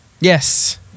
yes